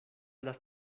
las